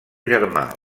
germà